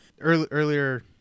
earlier